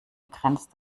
grenzt